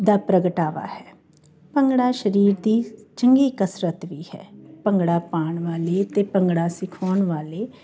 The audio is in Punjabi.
ਦਾ ਪ੍ਰਗਟਾਵਾ ਹੈ ਭੰਗੜਾ ਸਰੀਰ ਦੀ ਚੰਗੀ ਕਸਰਤ ਵੀ ਹੈ ਭੰਗੜਾ ਪਾਉਣ ਵਾਲੇ ਅਤੇ ਭੰਗੜਾ ਸਿਖਾਉਣ ਵਾਲੇ